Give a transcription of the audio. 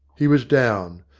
he was down.